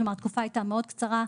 כלומר התקופה הייתה קצרה מאוד,